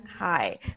Hi